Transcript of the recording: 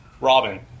Robin